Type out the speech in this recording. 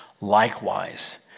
likewise